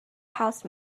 house